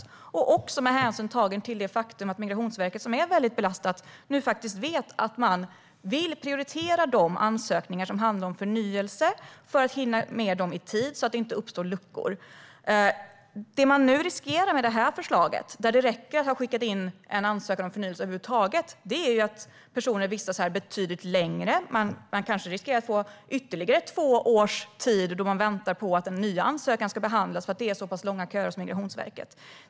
Det gäller också med hänsyn tagen till det faktum att Migrationsverket, som är väldigt belastat, nu vet att man vill prioritera de ansökningar som handlar om förnyelse för att hinna med dem i tid så att det inte uppstår luckor. Det man nu riskerar med förslaget, där det räcker med att ha skickat in en ansökan om förnyelse över huvud taget, är att personer vistas här betydligt längre. De kanske riskerar att få ytterligare två års tid då de väntar på att den nya ansökan ska behandlas eftersom det är så pass långa köer hos Migrationsverket.